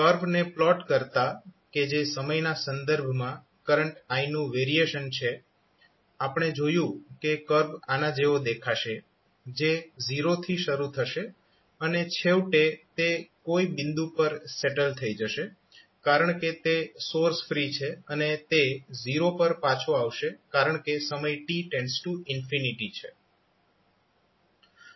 curve ને plot કરતા કે જે સમયના સંદર્ભમાં કરંટ i નું વેરિએશન છે આપણે જોયું કે કર્વ આના જેવો દેખાશે જે 0 થી શરૂ થશે અને છેવટે તે કોઈ બિંદુ પર સેટલ થઈ જશે કારણ કે તે સોર્સ ફ્રી છે પછી તે 0 પર પાછો આવશે કારણ કે સમય t છે